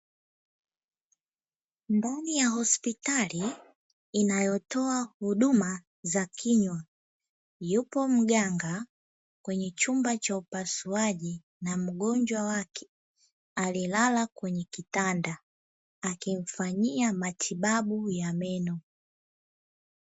Ndani ya hospitali inayotoa huduma za kinywa, yupo mganga kwenye chumba cha upasuaji na mgonjwa wake aliyelala kwenye kitanda akimfanyia matibabu ya meno.